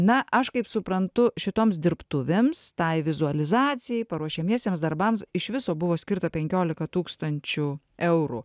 na aš kaip suprantu šitoms dirbtuvėms tai vizualizacijai paruošiamiesiems darbams iš viso buvo skirta penkiolika tūkstančių eurų